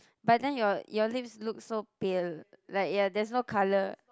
but then your your lips look so pale like ya there's no colour